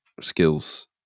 skills